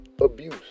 abuse